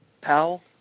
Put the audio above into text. Powell